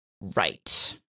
Right